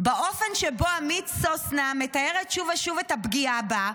"באופן שבו עמית סוסנה מתארת שוב ושוב את הפגיעה בה,